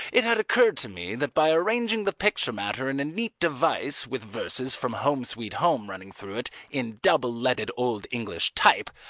it had occurred to me that by arranging the picture matter in a neat device with verses from home sweet home running through it in double-leaded old english type,